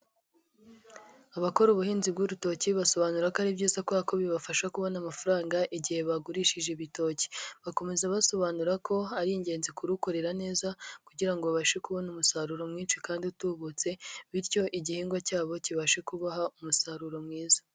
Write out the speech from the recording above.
Abakora ubuhinzi bw'urutoki basobanura ko ari byiza kubera ko bibafasha kubona amafaranga igihe bagurishije ibitoki. Bakomeza basobanura ko ari ingenzi kurukorera neza kugira ngo babashe kubona umusaruro mwinshi kandi utubutse bityo igihingwa cyabo kibashe kubaha umusaruro mwiza.